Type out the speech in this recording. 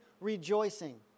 rejoicing